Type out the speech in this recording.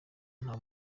nta